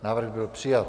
Návrh byl přijat.